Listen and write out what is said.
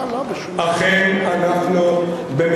לא, אכן, אכן, אנחנו במצר.